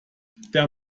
der